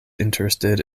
interested